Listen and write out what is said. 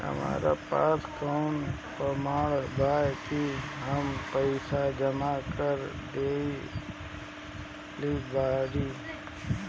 हमरा पास कौन प्रमाण बा कि हम पईसा जमा कर देली बारी?